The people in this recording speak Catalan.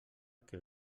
que